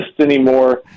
anymore